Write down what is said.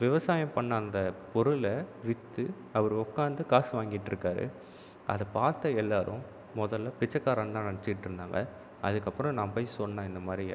விவசாயம் பண்ண அந்த பொருளை விற்று அவர் உக்காந்து காசு வாங்கிட்டுருக்காரு அதை பார்த்த எல்லோரும் முதல்ல பிச்சைகாரன்னு தான் நெனைச்சிகிட்டு இருந்தாங்க அதுக்கப்புறம் நான் போய் சொன்னே இந்த மாதிரி